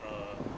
uh